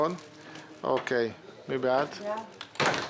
מי בעד ההצעה?